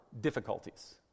difficulties